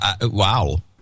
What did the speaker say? Wow